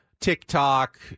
TikTok